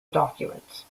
documents